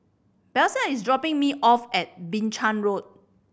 Blaise is dropping me off at Binchang Walk